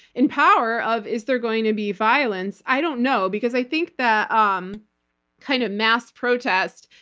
in power, of, is there going to be violence? i don't know, because i think that um kind of mass protest,